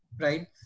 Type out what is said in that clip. right